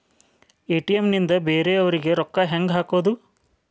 ATM ನಿಂದ ಬೇರೆಯವರಿಗೆ ರೊಕ್ಕ ಹೆಂಗ್ ಹಾಕೋದು?